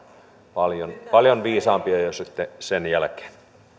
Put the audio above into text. paljon paljon viisaampi jo sitten sen jälkeen